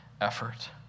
effort